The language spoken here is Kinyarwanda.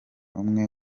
umwe